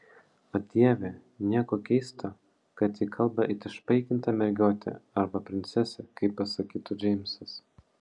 o dieve nieko keista kad ji kalba it išpaikinta mergiotė arba princesė kaip pasakytų džeimsas